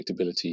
predictability